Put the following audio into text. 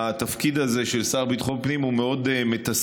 התפקיד הזה של השר לביטחון הפנים הוא מאוד מתסכל.